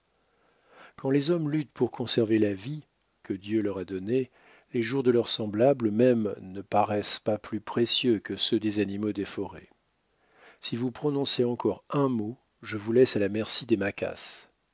quand les hommes luttent pour conserver la vie que dieu leur a donnée les jours de leurs semblables même ne paraissent pas plus précieux que ceux des animaux des forêts si vous prononcez encore un mot je vous laisse à la merci des maquas